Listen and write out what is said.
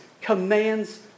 commands